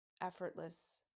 effortless